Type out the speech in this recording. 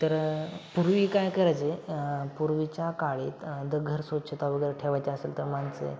तर पूर्वी काय करायचं पूर्वीच्या काळेत द घर स्वच्छता वगेरे ठेवायचा असेल तर माणसे